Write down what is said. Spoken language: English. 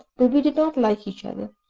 but we did not like each other,